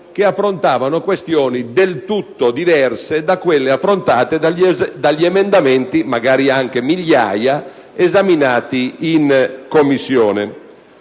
che affrontavano questioni del tutto diverse da quelle affrontate dagli emendamenti, magari anche migliaia, esaminati in Commissione.